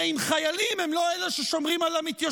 הרי אם חיילים הם לא אלה ששומרים על המתיישבים,